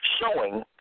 Showing